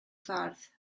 ffordd